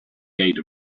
gate